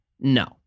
No